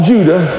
Judah